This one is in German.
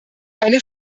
eine